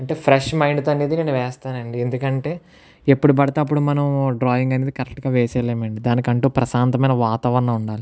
అంటే fresh mind తో అనేది నేను వేస్తానండి ఎందుకంటే ఎప్పుడు పడితే అప్పుడు మనం డ్రాయింగ్ అనేది కరెక్ట్ గా వేసేయలేం అండి దానికంటూ ప్రశాంతమైన వాతావరణం ఉండాలి